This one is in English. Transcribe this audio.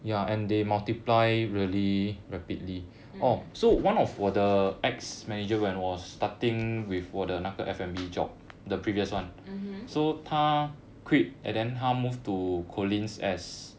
mm mmhmm